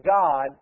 God